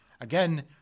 Again